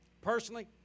personally